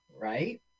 right